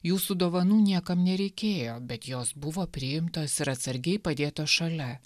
jūsų dovanų niekam nereikėjo bet jos buvo priimtos ir atsargiai padėtos šalia